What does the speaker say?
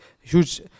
huge